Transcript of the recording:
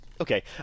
Okay